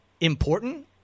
important